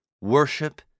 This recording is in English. Worship